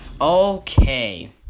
Okay